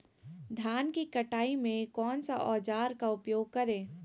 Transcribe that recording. धान की कटाई में कौन सा औजार का उपयोग करे?